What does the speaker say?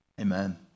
amen